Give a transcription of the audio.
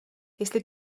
jestli